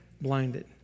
blinded